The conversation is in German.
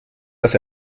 dass